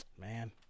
man